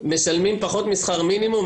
משלמים פחות משכר מינימום,